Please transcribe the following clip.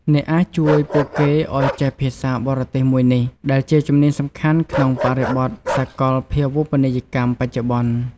អ្នកអាចជួយពួកគេឱ្យចេះភាសាបរទេសមួយនេះ ដែលជាជំនាញសំខាន់ក្នុងបរិបទសាកលភាវូបនីយកម្មបច្ចុប្បន្ន។